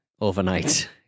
overnight